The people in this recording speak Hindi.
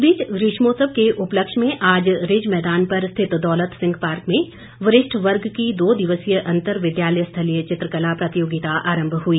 इस बीच ग्रीष्मोत्सव के उपलक्ष्य में आज रिज मैदान पर स्थित दौलत सिंह पार्क में वरिष्ठ वर्ग की दो दिवसीय अंतर विद्यालय स्थलीय चित्रकला प्रतियोगिता आरम्भ हुई